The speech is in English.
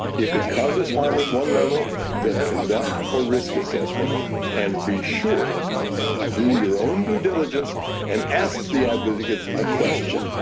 if it causes harm at one level, then conduct a risk assessment and be sure do your own due diligence and ask the advocates a question.